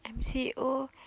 MCO